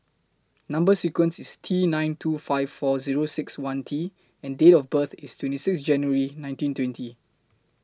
Number sequence IS T nine two five four Zero six one T and Date of birth IS twenty six January nineteen twenty